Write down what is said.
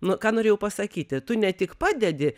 nu ką norėjau pasakyti tu ne tik padedi